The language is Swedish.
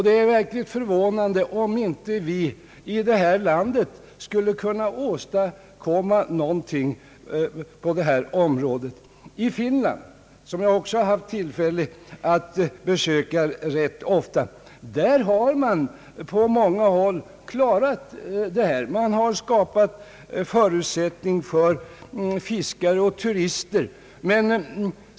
Det är verkligen förvånande, om inte vi här i landet skulle kunna göra något för att ta till vara dessa möjligheter. I Finland, som jag också haft tillfälle att besöka rätt ofta, har man på många håll klarat detta och skapat förutsättningar för sportfiskare och turister att vistas i sådana här natursköna trakter.